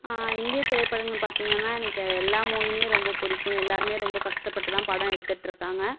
இந்திய திரைப்படங்கள் பார்த்திங்கன்னா எனக்கு எல்லா மூவியுமே ரொம்ப பிடிக்கும் எல்லோருமே ரொம்ப கஷ்டப்பட்டு தான் படம் எடுத்துட்டுருக்காங்க